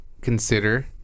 consider